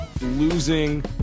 losing